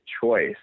choice